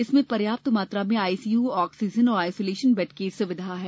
इसमें पर्याप्त मात्रा में आईसीयू ऑक्सीजन और आइसोलेशन बेड की सुविधा है